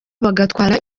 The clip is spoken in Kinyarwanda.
bagatwara